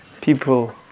people